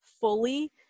fully